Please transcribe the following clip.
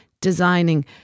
designing